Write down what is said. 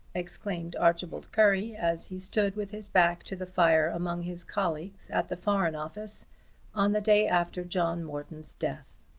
exclaimed archibald currie, as he stood with his back to the fire among his colleagues at the foreign office on the day after john morton's death.